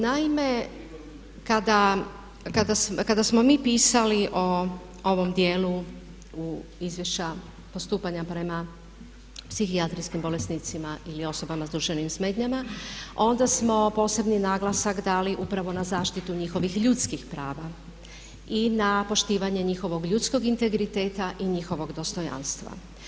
Naime, kada smo mi pisali o ovom dijelu izvješća postupanja prema psihijatrijskim bolesnicima ili osobama sa duševnim smetnjama onda smo posebni naglasak dali upravo na zaštitu njihovih ljudskih prava i na poštivanje njihovog ljudskog integriteta i njihovog dostojanstva.